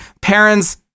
parents